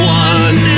one